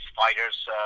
fighters